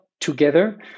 together